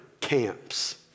camps